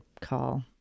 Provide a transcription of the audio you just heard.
call